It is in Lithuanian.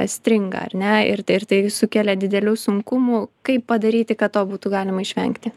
stringa ar ne ir tai ir tai sukelia didelių sunkumų kaip padaryti kad to būtų galima išvengti